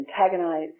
antagonize